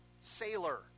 sailor